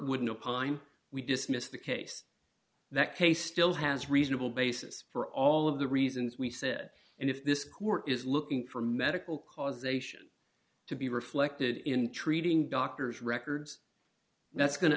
wouldn't opine we dismiss the case that case still has reasonable basis for all of the reasons we said and if this court is looking for medical causation to be reflected in treating doctors records that's go